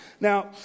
Now